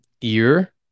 Ear